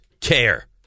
care